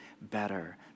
better